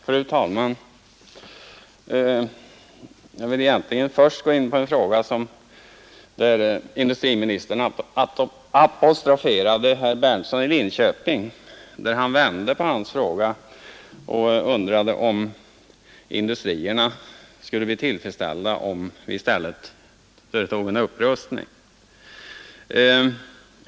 Fru talman! Jag vill först gå in på en fråga där industriministern apostroferade herr Berndtson i Linköping. Industriministern vände på hans fråga och undrade om industrierna skulle bli tillfredsställda, om vi i stället företog en upprustning.